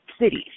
cities